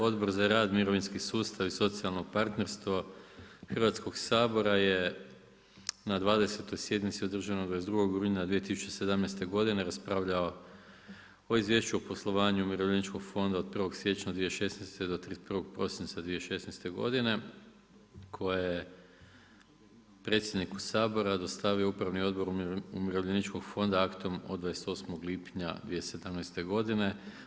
Odbor za rad, mirovinski sustav i socijalno partnerstvo Hrvatskog sabora je na dvadesetoj sjednici održanoj 22. rujna 2017. godine raspravljao o Izvješću o poslovanju Umirovljeničkog fonda od 1. siječnja 2016. do 31. prosinca 2016. godine koje je predsjedniku Sabora dostavio Upravni odbor Umirovljeničkog fonda aktom od 8. lipnja 2017. godine.